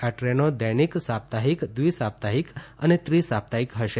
આ ટ્રેનો દૈનિક સાપ્તાહિક દ્વિ સાપ્તાહિક અને ત્રિ સાપ્તાહિક હશે